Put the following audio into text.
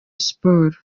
sports